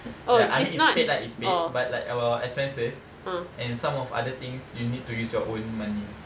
ya I mean it's paid lah it's paid but like our expenses and some of other things you need to use your own money